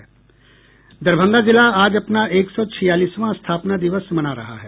दरभंगा जिला आज अपना एक सौ छियालिसवां स्थापना दिवस मना रहा है